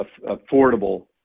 affordable